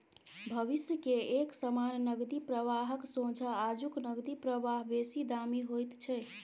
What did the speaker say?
भविष्य के एक समान नकदी प्रवाहक सोंझा आजुक नकदी प्रवाह बेसी दामी होइत छै